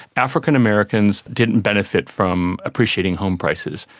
african americans didn't benefit from appreciating home prices,